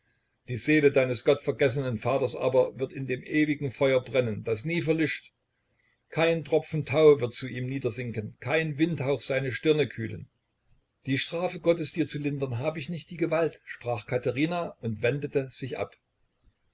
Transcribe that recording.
die seele deines gottvergessenen vaters aber wird in dem ewigen feuer brennen das nie verlischt kein tropfen tau wird zu ihm niedersinken kein windhauch seine stirne kühlen die strafe gottes dir zu lindern hab ich nicht die gewalt sprach katherina und wendete sich ab